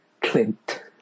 Clint